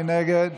מי נגד?